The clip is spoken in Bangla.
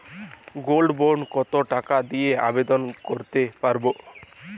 গোল্ড বন্ড কত টাকা দিয়ে আবেদন করতে পারবো?